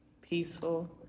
peaceful